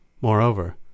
Moreover